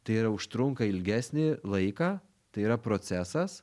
tai yra užtrunka ilgesnį laiką tai yra procesas